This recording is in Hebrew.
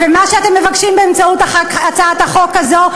ומה שאתם מבקשים באמצעות הצעת החוק הזאת,